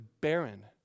barren